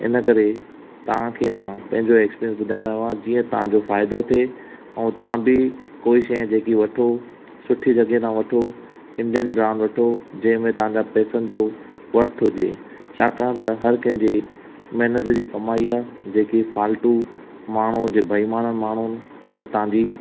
इन करे तव्हां खे मां पंहिंजो एक्सपीरियंस ॿुधायां त मां जीअं तव्हां जो फ़ाइदो थिए ऐं तव्हां बि कोई शइ जेकी वठो सुठी जॻहि तव्हां वठो इंडियन ब्रांड वठो जंहिंमें तव्हां जा पैसनि जो वर्थ हुजे छाकाणि त हर कंहिंजी महिनत जी कमाईअ जेकी फालतू माण्हूं जे ॿेइमाननि माण्हूं वटि तव्हां जी